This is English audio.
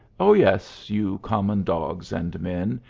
oh, yes, you common dogs and men,